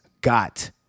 got